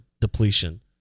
depletion